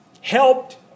helped